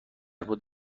بود